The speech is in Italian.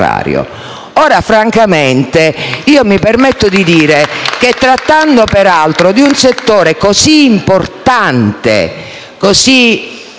Ora, francamente, io mi permetto di dire che di tratta peraltro di un settore molto importante, anche